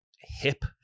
hip